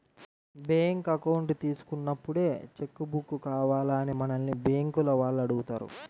bank account తీసుకున్నప్పుడే cheque book కావాలా అని మనల్ని బ్యేంకుల వాళ్ళు అడుగుతారు